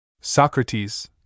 Socrates